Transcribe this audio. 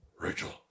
Rachel